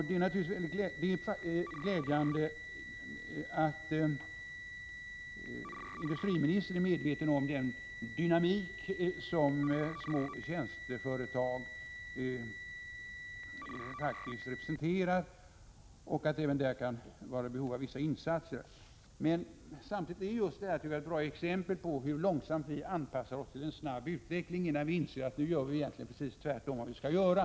Det är glädjande att industriministern är medveten om den dynamik som små tjänsteproducerande företag representerar och att det även där kan finnas behov av vissa insatser. Samtidigt är just detta ett bra exempel på hur långsamt vi anpassar oss till en snabb utveckling — det tar tid innan vi inser att vi egentligen gör tvärtemot vad vi skall göra.